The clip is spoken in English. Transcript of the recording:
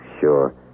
Sure